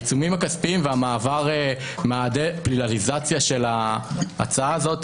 העיצומים הכספיים והמעבר מהדה-פליליזציה של ההצעה הזאת